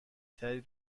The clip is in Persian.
تری